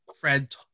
Fred